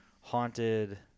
haunted